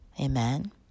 amen